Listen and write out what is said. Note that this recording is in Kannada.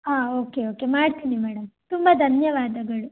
ಹಾಂ ಓಕೆ ಓಕೆ ಮಾಡ್ತೀನಿ ಮೇಡಮ್ ತುಂಬ ಧನ್ಯವಾದಗಳು